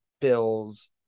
Bills